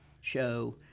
show